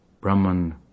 Brahman